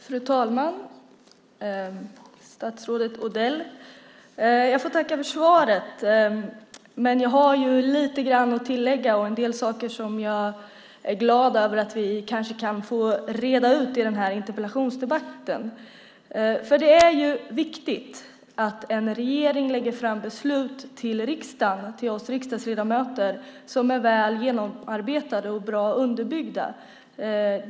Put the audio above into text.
Fru talman! Statsrådet Odell! Jag får tacka för svaret. Men jag har lite grann att tillägga, och det finns en del saker som jag är glad över att vi kanske kan få reda ut i den här interpellationsdebatten. Det är viktigt att en regering lägger fram förslag till riksdagen, till oss riksdagsledamöter, som är väl genomarbetade och bra underbyggda.